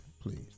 please